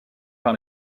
par